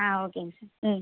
ஆ ஓகேங்க சார் ம்